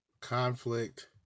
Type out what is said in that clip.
Conflict